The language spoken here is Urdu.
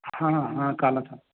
ہاں ہاں ہاں کالا تھا